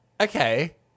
okay